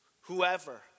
Whoever